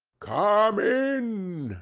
come in!